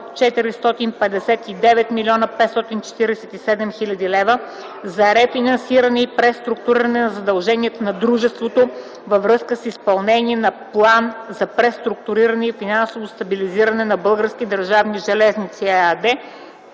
459 547 000 лв. за рефинансиране и преструктуриране на задълженията на дружеството, във връзка с изпълнение на план за преструктуриране и финансово стабилизиране на „Български държавни железници” ЕАД,